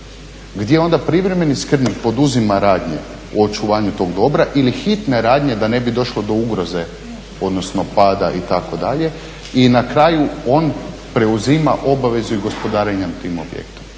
Gdje onda privremeni skrbnik poduzima radnje u očuvanju tog dobra ili hitne radnje da ne bi došlo do ugroze, odnosno pada itd. I na kraju on preuzima obavezu i gospodarenjem tim objektom.